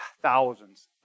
thousands